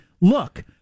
Look